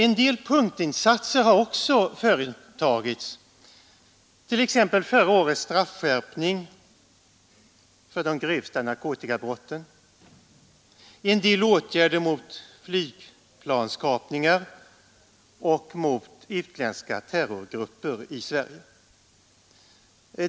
En del punktinsatser har också företagits, t.ex. förra årets straffskärpning för de grövsta narkotikabrotten samt en del åtgärder mot flygplanskapningar och mot utländska terrorgrupper i Sverige.